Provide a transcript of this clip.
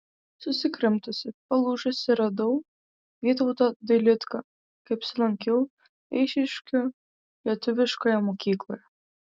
susikrimtusį palūžusį radau vytautą dailidką kai apsilankiau eišiškių lietuviškoje mokykloje